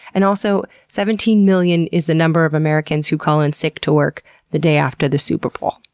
and also seventeen million is the number of americans who call in sick to work the day after the superbowl,